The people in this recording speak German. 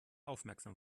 aufmerksam